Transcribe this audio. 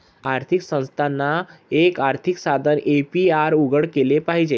आर्थिक संस्थानांना, एक आर्थिक साधन ए.पी.आर उघडं केलं पाहिजे